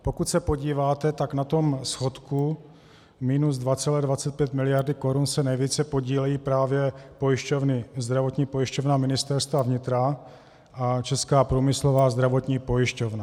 Pokud se podíváte, tak na schodku minus 2,25 miliardy korun se nejvíce podílejí právě pojišťovny: Zdravotní pojišťovna Ministerstva vnitra a Česká průmyslová zdravotní pojišťovna.